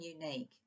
unique